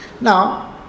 now